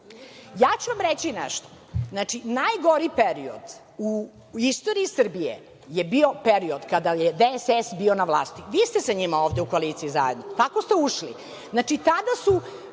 Ja ću vam reći nešto, najgori period u istoriji Srbije je bio period od kada je DSS bio na vlasti. Vi ste sa njima ovde u koaliciji zajedno. Kako ste ušli?